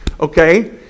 okay